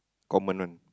common one